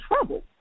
trouble